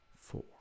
four